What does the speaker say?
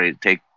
take –